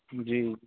جی